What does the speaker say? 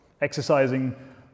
exercising